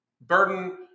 burden